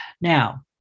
now